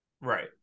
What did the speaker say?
right